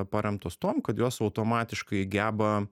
paremtos tuom kad jos automatiškai geba